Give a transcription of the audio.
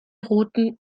routen